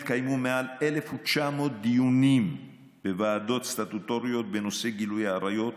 התקיימו מעל 1,900 דיונים בוועדות סטטוטוריות בנושא גילוי עריות,